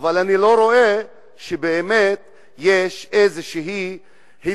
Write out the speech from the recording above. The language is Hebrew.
אבל אני לא רואה שבאמת יש איזו התקדמות.